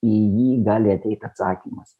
į jį gali ateit atsakymas